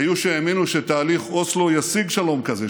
היו שהאמינו שתהליך אוסלו ישיג שלום כזה,